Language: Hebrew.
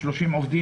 30 עובדים?